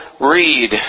read